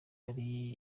ari